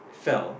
fell